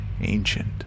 ancient